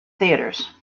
theatres